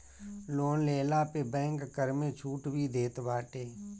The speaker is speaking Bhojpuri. लोन लेहला पे बैंक कर में छुट भी देत बाटे